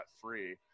free